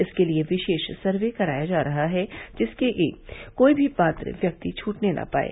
इसके लिये विशेष सर्वे कराया जा रहा है जिससे कि कोई भी पात्र व्यक्ति छूटने न पाये